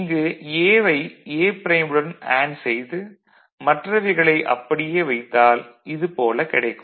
இங்கு A வை A prime உடன் அண்டு செய்து மற்றவைகளை அப்படியே வைத்தால் இது போல் கிடைக்கும்